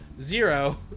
Zero